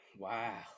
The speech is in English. Wow